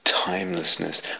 timelessness